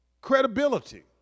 Credibility